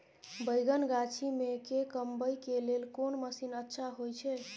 बैंगन गाछी में के कमबै के लेल कोन मसीन अच्छा होय छै?